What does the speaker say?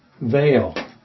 veil